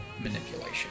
manipulation